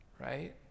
right